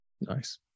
Nice